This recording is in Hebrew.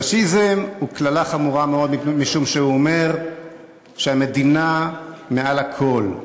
פאשיזם הוא קללה חמורה מאוד משום שהוא אומר שהמדינה מעל הכול.